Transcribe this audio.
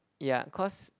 yeah cause